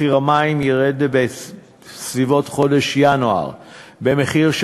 מחיר המים ירד בסביבות חודש ינואר ב-10%,